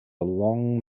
long